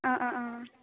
অঁ অঁ অঁ